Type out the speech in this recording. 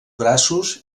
braços